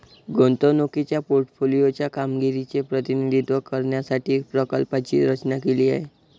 गुंतवणुकीच्या पोर्टफोलिओ च्या कामगिरीचे प्रतिनिधित्व करण्यासाठी प्रकल्पाची रचना केली आहे